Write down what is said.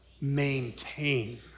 Maintain